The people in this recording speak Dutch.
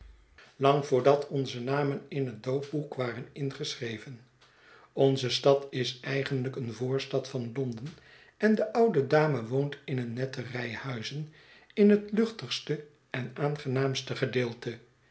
lang voordat onze namen in het doopboek waren ingeschreven onze stad is eigenlijk een voorstad van london en de oude dame woont in een nette rij huizen in het luchtigste en aangenaamste gedeelte